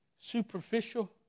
superficial